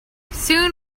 soon